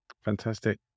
fantastic